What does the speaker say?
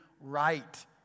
right